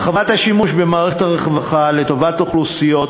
הרחבת השימוש במערכת הרווחה לטובת אוכלוסיות